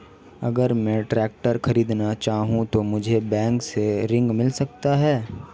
अगर मैं ट्रैक्टर खरीदना चाहूं तो मुझे बैंक से ऋण मिल सकता है?